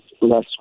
less